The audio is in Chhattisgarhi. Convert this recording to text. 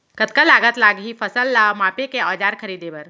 कतका लागत लागही फसल ला मापे के औज़ार खरीदे बर?